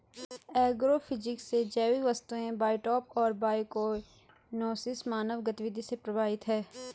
agrophysics से जैविक वस्तुएं बायोटॉप और बायोकोएनोसिस मानव गतिविधि से प्रभावित हैं